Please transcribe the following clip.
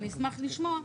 אני אשמח לשמוע,